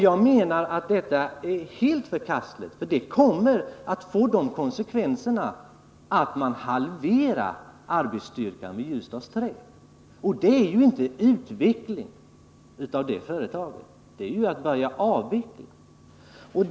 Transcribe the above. Jag menar att detta är helt förkastligt, för det kommer att få som konsekvens att man halverar arbetsstyrkan vid Ljusdals Trä. Det innebär inte någon utveckling av företaget utan betyder att man börjar en avveckling av det.